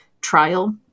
trial